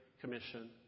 commission